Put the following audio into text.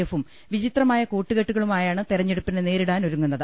എഫും വിചിത്രമായ കൂട്ടുകെട്ടുകളുമായാണ് തെ രഞ്ഞെടുപ്പിനെ നേരിടാനൊരുങ്ങുന്നത്